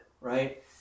right